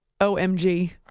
OMG